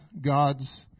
God's